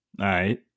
right